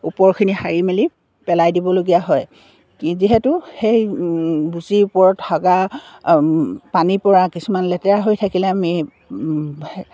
ওপৰখিনি সাৰি মেলি পেলাই দিবলগীয়া হয় যিহেতু সেই বুচিৰ ওপৰত হাগা পানীৰ পৰা কিছুমান লেতেৰা হৈ থাকিলে আমি